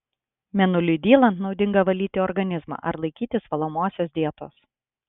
mėnuliui dylant naudinga valyti organizmą ar laikytis valomosios dietos